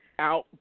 out